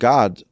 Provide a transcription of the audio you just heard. God